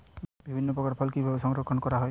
বিভিন্ন প্রকার ফল কিভাবে সংরক্ষণ করা হয়?